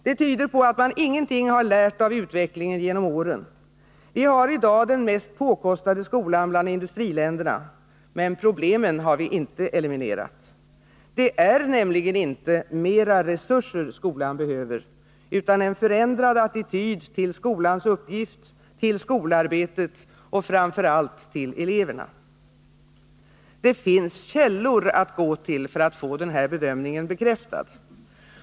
Det tyder på att man ingenting lärt av utvecklingen genom åren. Vi har i dag den mest påkostade skolan bland industriländerna, men problemen har vi inte eliminerat. Det är nämligen inte mera resurser skolan behöver utan en förändrad attityd till skolans uppgift, till skolarbetet och framför allt till eleverna. Det finns källor att gå till för att få denna bedömning bekräftad.